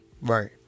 Right